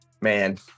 man